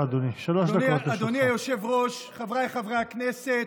אדוני היושב-ראש, חבריי חברי הכנסת,